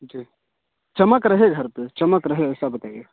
जी चमक रहे घर पे चमक रहे ऐसा बताइए